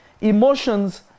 Emotions